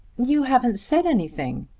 you haven't said anything.